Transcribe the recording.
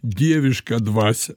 dievišką dvasią